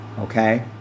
Okay